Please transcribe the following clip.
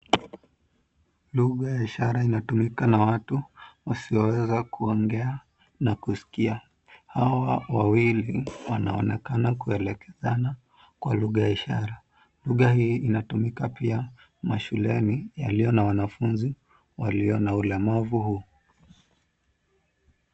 Lugha ya ishara inatumika na watu wasioweza kuongea na kusikia. Hawa wawili wanaonekana kuelekezana kwa lugha ya ishara. Lugha hii inatumika pia mashuleni yalio na wanafunzi walio na ulemavu huu.